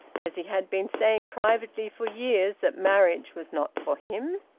as he had been saying privately for years, that marriage was not for him!